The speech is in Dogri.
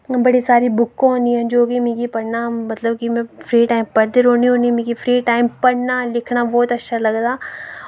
बड़ी सारी बुक होंनियां जो कि मिकी पढ़ना मतलब कि मैं फ्री टाइम पढ़दी रौह्न्नी होन्नी पढ़ना लिखना बहुत अच्छा लगदा